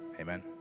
Amen